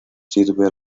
sirve